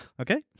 okay